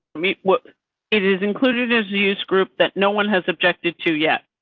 i mean what it is included as use group that no one has objected to yet.